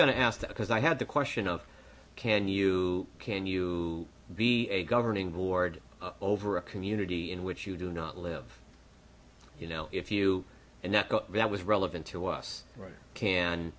to ask that because i have the question of can you can you be a governing board over a community in which you do not live you know if you and that was relevant to us right can